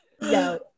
No